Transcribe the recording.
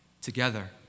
together